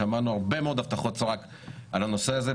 שמענו הרבה מאוד הבטחות סרק על הנושא הזה,